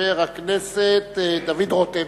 חבר הכנסת דוד רותם.